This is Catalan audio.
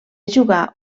jugar